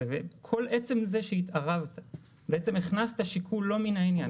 וכל עצם זה שהתערבת-זה אומר שבעצם הכנסת שיקול לא מן העניין.